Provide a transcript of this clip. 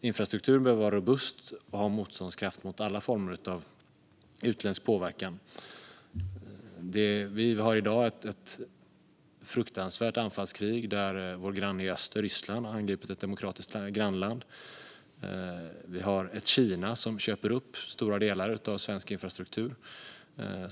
Infrastruktur behöver vara robust och ha motståndskraft mot alla former av utländsk påverkan. Det pågår i dag ett fruktansvärt anfallskrig där vår granne i öster, Ryssland, har angripit ett demokratiskt grannland. Kina, som är allt annat än demokratiskt, köper upp stora delar av svensk infrastruktur.